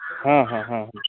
हॅं हॅं हॅं